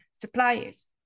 suppliers